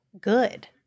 good